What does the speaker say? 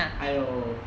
!aiyo!